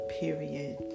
period